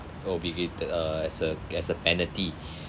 obligated uh as a as a penalty